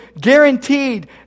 guaranteed